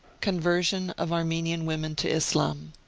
conversion of armenian women to islam.